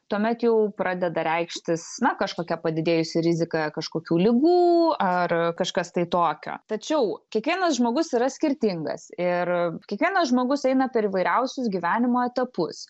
tuomet jau pradeda reikštis na kažkokia padidėjusi rizika kažkokių ligų ar kažkas tai tokio tačiau kiekvienas žmogus yra skirtingas ir kiekvienas žmogus eina per įvairiausius gyvenimo etapus